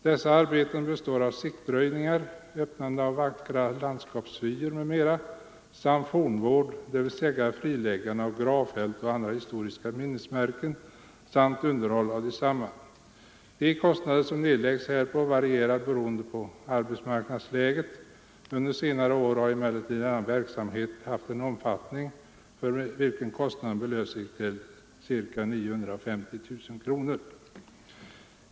Dessa arbeten består av siktröjningar, öppnande av vackra landskapsvyer m.m. samt fornvård dvs. friläggande av gravfält och andra historiska minnesmärken samt underhåll av desamma. De kostnader som nedlägges härpå varierar beroende på arbetsmarknadsläget. Under senare år har emellertid denna verksamhet haft en omfattning för vilken kostnaden belöpt sig till cirka 950 000 kronor.